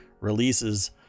releases